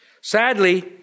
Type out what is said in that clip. Sadly